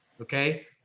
Okay